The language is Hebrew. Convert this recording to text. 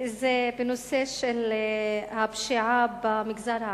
זה בנושא של הפשיעה במגזר הערבי.